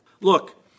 Look